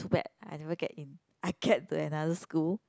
too bad I never get in I get to another school